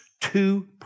two